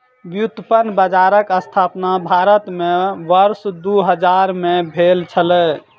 व्युत्पन्न बजारक स्थापना भारत में वर्ष दू हजार में भेल छलै